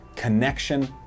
connection